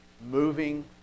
Moving